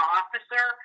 officer